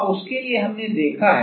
अब उसके लिए हमने देखा है